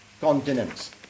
Continents